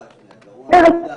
השמיעה, גרועה הנקודה.